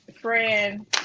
friend